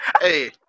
hey